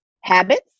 habits